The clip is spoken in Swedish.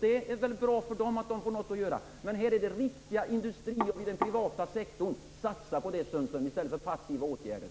Det är i och för sig bra att de här människorna har något att göra, men nu handlar det om riktiga industrijobb inom den privata sektorn. Satsa på det, Anders Sundström, i stället för på passiva åtgärder!